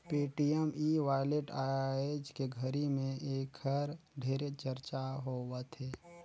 Paytm e wallet आयज के घरी मे ऐखर ढेरे चरचा होवथे